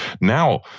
Now